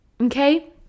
Okay